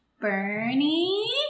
Bernie